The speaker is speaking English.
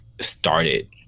started